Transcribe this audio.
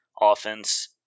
offense